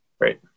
Great